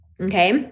okay